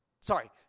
sorry